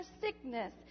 sickness